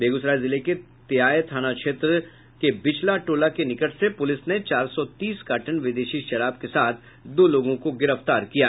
बेगूसराय जिले के तेयाय थाना क्षेत्र बिचला टोला के निकट से पुलिस ने चार सौ तीस कार्टन विदेशी शराब के साथ दो लोगों को गिरफ्तार कर लिया